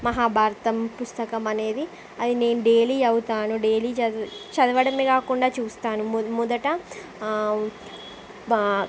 మహాభారతం పుస్తకం అనేది అది నేను డైలీ అవుతాను డైలీ చద చదవడమే కాకుండా చూస్తాను మొదట బా